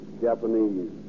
Japanese